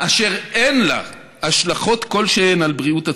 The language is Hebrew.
אשר אין לה השלכות כלשהן על בריאות הציבור.